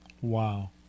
Wow